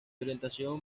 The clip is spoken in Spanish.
orientación